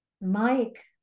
Mike